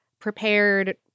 prepared